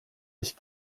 ich